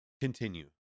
Continue